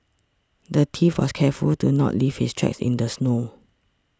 the thief was careful to not leave his tracks in the snow